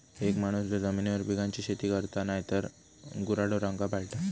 एक माणूस जो जमिनीवर पिकांची शेती करता नायतर गुराढोरांका पाळता